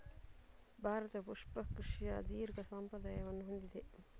ಭಾರತವು ಪುಷ್ಪ ಕೃಷಿಯ ದೀರ್ಘ ಸಂಪ್ರದಾಯವನ್ನು ಹೊಂದಿದೆ